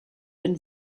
been